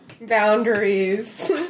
boundaries